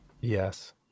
Yes